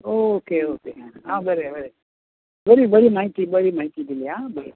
okay okay आं बरें बरें बरी बरी म्हायती बरी म्हायती दिली आं